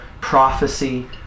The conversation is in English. prophecy